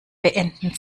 beenden